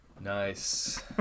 Nice